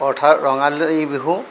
অৰ্থাৎ ৰঙালী বিহু